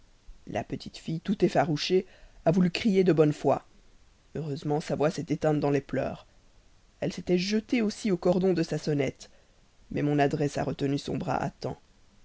la petite fille tout effarouchée a voulu crier de bonne foi heureusement sa voix s'est éteinte dans les pleurs elle s'était jetée aussi au cordon de sa sonnette mais mon adresse a retenu son bras